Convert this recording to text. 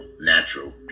natural